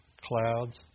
clouds